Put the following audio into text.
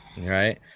Right